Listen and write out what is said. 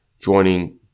joining